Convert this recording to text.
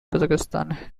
kazakhstan